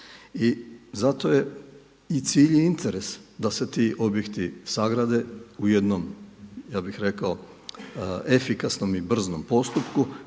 I zato je i cilj i interes da se ti objekti sagrade u jednom, ja bih rekao, efikasnom i brzom postupku